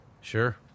Sure